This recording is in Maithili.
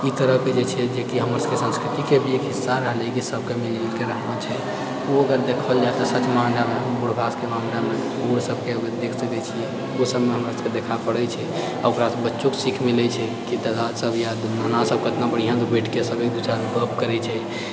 ई तरहके जे छै जे हमर सबके संस्कृतिके भी एक हिस्सा रहलै कि सबके मिल जुलके रहना छै ओ अगर देखल जाए तऽ सचमे बुढ़बा सबके मामलामे ओहि सबके देख सकै छियै ओहि सबमे हमरा सबके देखा पड़ै छै आ ओकरा बच्चोकेँ सीख मिलैत छै सब एक दूसरासँ गप करैत छै